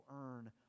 earn